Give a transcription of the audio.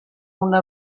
una